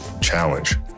challenge